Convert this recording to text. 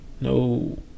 no